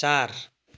चार